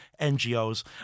NGOs